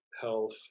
health